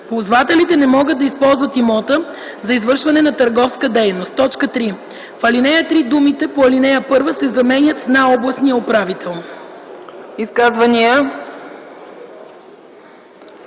Ползвателите не могат да използват имота за извършване на търговска дейност.” 3. В ал. 3 думите „по ал. 1” се заменят с „на областния управител”.”